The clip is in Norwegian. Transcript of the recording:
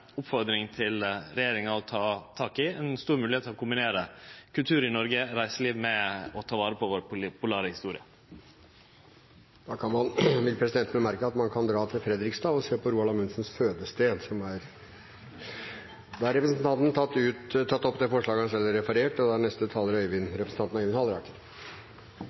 til regjeringa å ta tak i ei stor moglegheit til å kombinere kultur og reiseliv i Noreg med å ta vare på den polare historia vår. Presidenten vil bemerke at man kan dra til Fredrikstad og se på Roald Amundsens fødested, som er der. Representanten Bård Vegar Solhjell har tatt opp det forslaget han refererte til. Jeg synes vi har hatt en god og